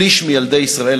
שליש מילדי ישראל,